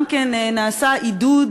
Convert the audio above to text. גם כן נעשה עידוד,